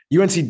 UNC